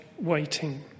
waiting